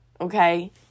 okay